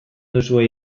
duzue